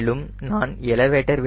மேலும் நான் எலவேட்டர்